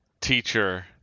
teacher